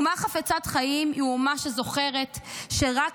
אומה חפצת חיים היא אומה שזוכרת שרק